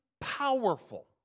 powerful